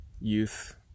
youth